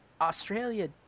Australia